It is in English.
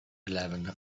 eleven